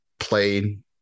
Played